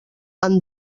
han